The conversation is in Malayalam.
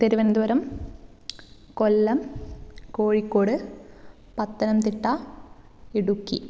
തിരുവനന്തപുരം കൊല്ലം കോഴിക്കോട് പത്തനംതിട്ട ഇടുക്കി